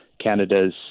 Canada's